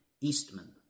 Eastman